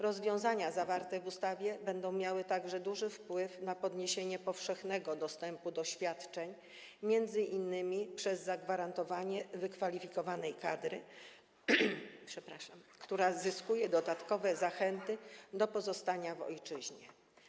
Rozwiązania zawarte w ustawie będą miały także duży wpływ na zwiększenie powszechnego dostępu do świadczeń, m.in. przez zagwarantowanie wykwalifikowanej kadry, która zyskuje dodatkowe zachęty do pozostania w ojczyźnie.